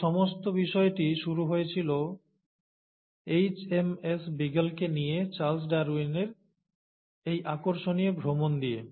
এই সমস্ত বিষয়টি শুরু হয়েছিল এইচএমএস বিগলকে নিয়ে চার্লস ডারউইনের এই আকর্ষণীয় ভ্রমণ দিয়ে